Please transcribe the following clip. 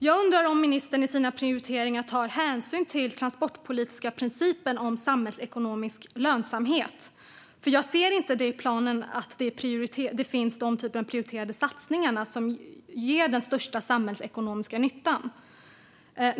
Jag undrar om ministern i sina prioriteringar tar hänsyn till den transportpolitiska principen om samhällsekonomisk lönsamhet. Jag ser inte i planen att det finns den typen av prioriterade satsningar som ger den största samhällsekonomiska nyttan.